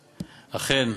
אכן,